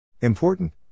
Important